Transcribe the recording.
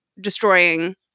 destroying